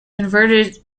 converted